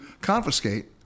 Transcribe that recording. confiscate